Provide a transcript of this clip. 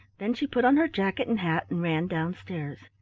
then she put on her jacket and hat and ran down-stairs.